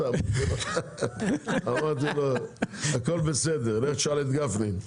אמרתי לו לך תשאל את גפני.